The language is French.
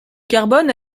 carbone